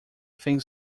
things